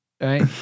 right